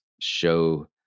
show